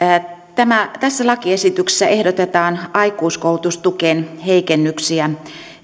tässä lakiesityksessä ehdotetaan aikuiskoulutustukeen heikennyksiä